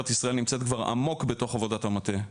ישראל נמצאת כבר עמוק בתוך עבודת המטה.